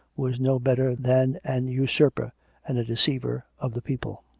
was no better than an usurper and a de ceiver of the people.